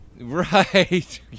Right